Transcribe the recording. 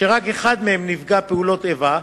שרק אחד מהם הוא נפגע פעולת איבה,